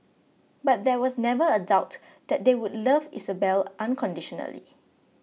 but there was never a doubt that they would love Isabelle unconditionally